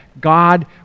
God